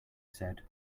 said